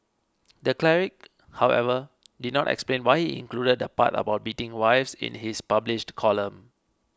the cleric however did not explain why he included the part about beating wives in his published column